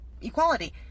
equality